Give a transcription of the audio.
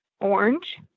orange